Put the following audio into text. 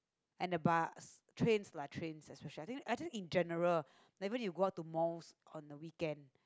and the bus trains lah trains especially I think I think in general like even when you go out to malls on the weekend